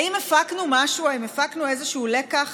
האם הפקנו משהו, האם הפקנו איזשהו לקח